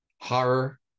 horror